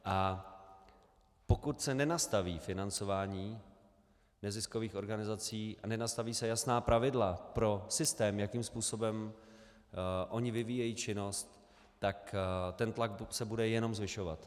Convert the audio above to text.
A pokud se nenastaví financování neziskových organizací, nenastaví se jasná pravidla pro systém, jakým způsobem ony vyvíjejí činnost, tak ten tlak se bude jenom zvyšovat.